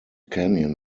canyon